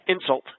insult